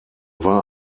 war